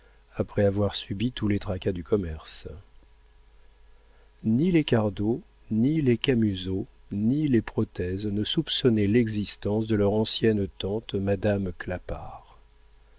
après avoir subi tous les tracas du commerce ni les cardot ni les camusot ni les protez ne soupçonnaient l'existence de leur ancienne tante madame